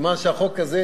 סימן שהחוק הזה,